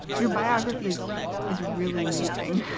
your biography is is really moving.